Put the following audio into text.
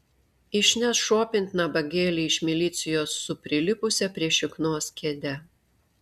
išneš šopint nabagėlį iš milicijos su prilipusia prie šiknos kėde